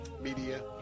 Media